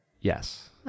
Yes